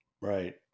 Right